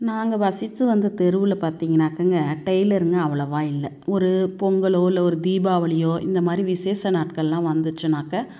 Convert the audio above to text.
நாங்கள் வசித்து வந்த தெருவில் பார்த்திங்கனாக்கங்க டைலருங்க அவ்வளவா இல்லை ஒரு பொங்கலோ இல்லை ஒரு தீபாவளியோ இந்த மாதிரி விசேஷ நாட்கள்லாம் வந்துச்சுனாக்க